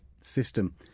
system